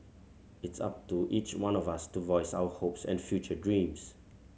it's up to each one of us to voice our hopes and future dreams